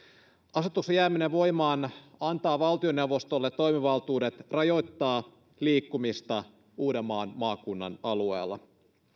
asetuksen jääminen voimaan antaa valtioneuvostolle toimivaltuudet rajoittaa liikkumista uudenmaan maakunnan alueella